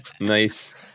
Nice